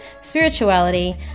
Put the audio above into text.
spirituality